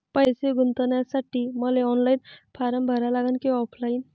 पैसे गुंतन्यासाठी मले ऑनलाईन फारम भरा लागन की ऑफलाईन?